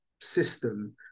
system